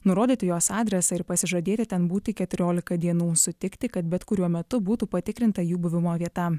nurodyti jos adresą ir pasižadėti ten būti keturiolika dienų sutikti kad bet kuriuo metu būtų patikrinta jų buvimo vieta